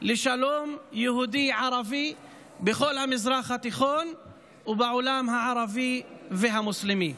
לשלום יהודי-ערבי בכל המזרח התיכון ובעולם הערבי והמוסלמי.